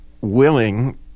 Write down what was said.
willing